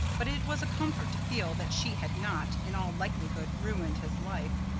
but it was a comfort to feel that she had not, in all likelihood, ruined his life.